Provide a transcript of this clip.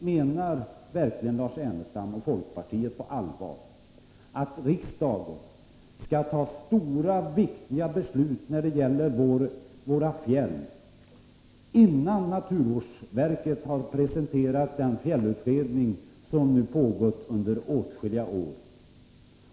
Menar verkligen Lars Ernestam och folkpartiet på allvar att riksdagen skall fatta stora och viktiga beslut om våra fjällområden innan naturvårdsverket har presenterat den fjällutredning som nu har pågått under åtskilliga år?